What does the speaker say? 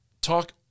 talk